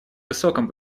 высоком